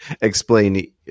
explain